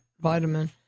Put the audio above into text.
vitamin